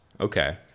Okay